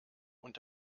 und